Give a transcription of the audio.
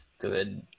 good